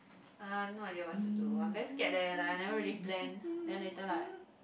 I've no idea what to do I'm very scared eh like I never really plan then later like